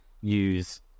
use